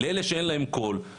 לאלה שאין להם קול,